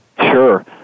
Sure